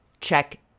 check